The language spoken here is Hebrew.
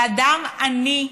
לאדם עני,